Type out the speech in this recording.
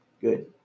good